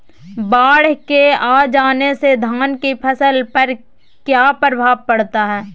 बाढ़ के आ जाने से धान की फसल पर किया प्रभाव पड़ता है?